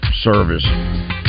Service